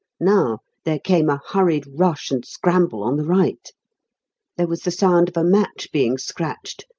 now there came a hurried rush and scramble on the right there was the sound of a match being scratched,